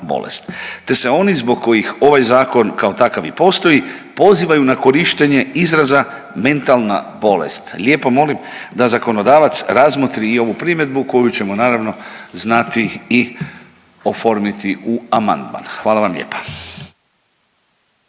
te se oni zbog kojih ovaj zakon kao takav i postoji pozivaju na korištenje izraza „mentalna bolest“. Lijepo molim da zakonodavac razmotri i ovu primjedbu koju ćemo naravno znati i oformiti u amandman, hvala vam lijepa.